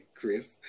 Chris